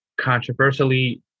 controversially